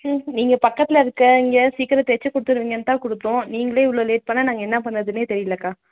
ம் நீங்கள் பக்கத்தில் இருக்க இங்கே சீக்கிரம் தைச்சி கொடுத்துடுவீங்கன்னு தான் கொடுத்தோம் நீங்களே இவ்வளோ லேட் பண்ணா நாங்கள் என்ன பண்ணுறதுன்னே தெரியிலைக்கா